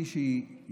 מישהי,